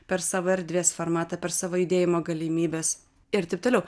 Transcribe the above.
per savo erdvės formatą per savo judėjimo galimybes ir taip toliau